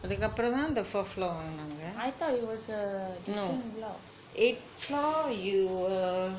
I thought it was ugh different block